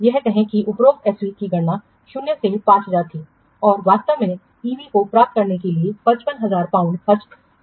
तो यह कहें कि उपरोक्त S V की गणना शून्य से 5000 थी और वास्तव में इस EV को प्राप्त करने के लिए 55000 पाउंड खर्च किए गए थे